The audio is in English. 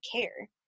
care